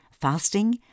fasting